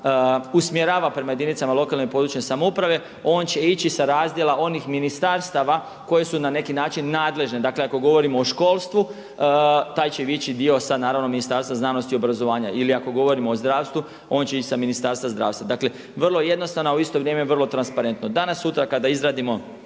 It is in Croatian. usmjerava prema jedinice lokalne i područne samouprave. On će ići sa razdjela onih ministarstava koji su na neki način nadležne, dakle ako govorimo o školstvu taj će ići dio sa Ministarstva znanosti i obrazovanja ili ako govorimo o zdravstvu on će ići sa Ministarstva zdravstva. Dakle vrlo jednostavno, a u isto vrijeme vrlo transparentno. Danas sutra kada izradimo